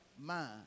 mind